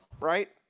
Right